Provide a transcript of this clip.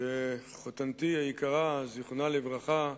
כשחותנתי היקרה, זיכרונה לברכה,